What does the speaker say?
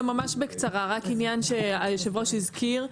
דבר ראשון ממש בקצרה, עניין שהיושב-ראש הזכיר.